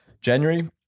January